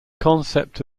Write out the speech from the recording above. concept